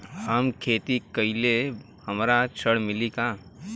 हम खेती करीले हमरा ऋण मिली का?